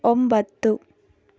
ಒಂಬತ್ತು